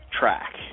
track